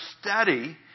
study